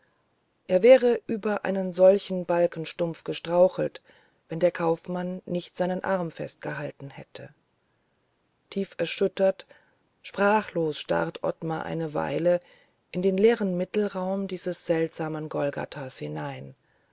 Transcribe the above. er wäre über einen solchen balkenstumpf gestrauchelt wenn der kaufmann nicht seinen arm festgehalten hätte tief erschüttert sprachlos starrt ottmar eine weile in den leeren mittelraum dieses seltsamen golgathas hinein